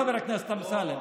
חבר הכנסת אמסלם.